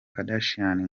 kardashian